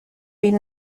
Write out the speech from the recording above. been